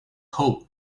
hope